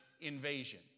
invasion